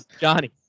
Johnny